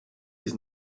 bis